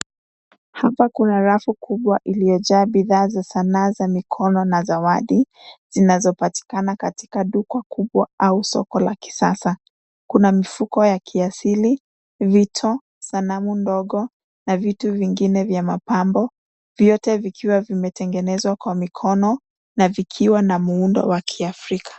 Hapa kuna rafu kubwa ilio jaa bidha za sanaa za mikono na zawadi, zinazopatikana katika duka kubwa au soko la kisasa. Kuna mifuko ya kiasili, vito, sanamu ndogo na vitu vingine vya mapambo. Vyote vikiwa vimetengenezwa kwa mikono na vikiwa na muundo wa kiafrika.